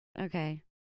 Okay